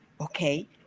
okay